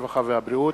הרווחה והבריאות,